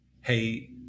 hey